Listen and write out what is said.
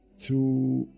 to